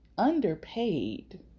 underpaid